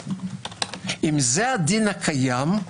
אם זה הדין הקיים,